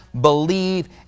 believe